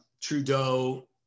Trudeau